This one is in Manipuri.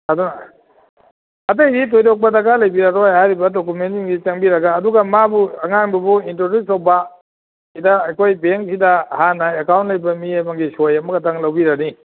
ꯑꯗꯨꯅ ꯑꯇꯩꯗꯤ ꯊꯣꯏꯗꯣꯛꯄ ꯗꯔꯀꯥꯔ ꯂꯩꯕꯤꯔꯔꯣꯏ ꯍꯥꯏꯔꯤꯕ ꯗꯣꯀꯨꯃꯦꯟꯁꯤꯡꯁꯤ ꯆꯪꯕꯤꯔꯒ ꯑꯗꯨꯒ ꯃꯥꯕꯨ ꯑꯉꯥꯡꯗꯨꯕꯨ ꯏꯟꯇ꯭ꯔꯣꯗꯨꯁ ꯇꯧꯕ ꯁꯤꯗ ꯑꯩꯈꯣꯏ ꯕꯦꯡꯁꯤꯗ ꯍꯥꯟꯅ ꯑꯦꯀꯥꯎꯟ ꯂꯩꯕ ꯃꯤ ꯑꯃꯒꯤ ꯁꯣꯏ ꯑꯃꯈꯛꯇꯪ ꯂꯧꯕꯤꯔꯅꯤ